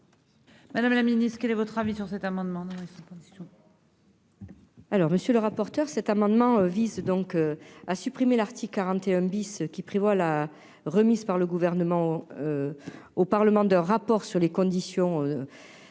Madame la Ministre, quel est votre avis sur cet amendement.